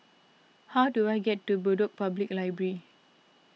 how do I get to Bedok Public Library